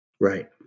Right